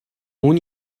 اون